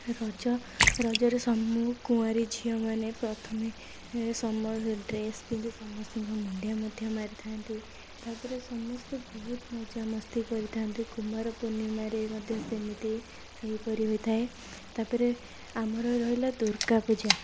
ରଜ ରଜରେ ସବୁ କୁଆଁରୀ ଝିଅମାନେ ପ୍ରଥମେ ଏଁ ସମସ୍ତେ ଡ୍ରେସ୍ ପିନ୍ଧି ସମସ୍ତିଙ୍କୁ ମୁଣ୍ଡିଆ ମଧ୍ୟ ମାରିଥାନ୍ତି ତା'ପରେ ସମସ୍ତେ ବହୁତ ମଜାମସ୍ତି କରିଥାଆନ୍ତି କୁମାରପୁର୍ଣ୍ଣିମାରେ ମଧ୍ୟ ସେମିତି ସେହିପରି ହୋଇଥାଏ ତା'ପରେ ଆମର ରହିଲା ଦୁର୍ଗାପୂଜା